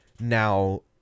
now